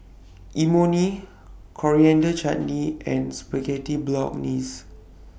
Imoni Coriander Chutney and Spaghetti Bolognese